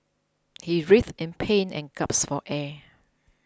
he writhed in pain and gasped for air